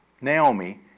Naomi